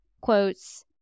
quotes